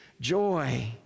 joy